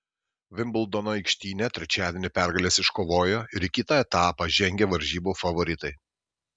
vimbldono aikštyne trečiadienį pergales iškovojo ir į kitą etapą žengė varžybų favoritai